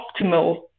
optimal